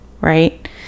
right